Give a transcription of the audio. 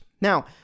Now